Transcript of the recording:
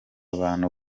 abantu